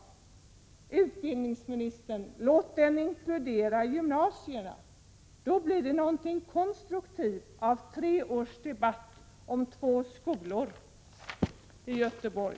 Men låt den, utbildningsministern, också inkludera gymnasieskolorna. Då blir det någonting konstruktivt av tre års debatt om två skolor i Göteborg.